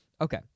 Okay